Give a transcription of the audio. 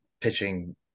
Pitching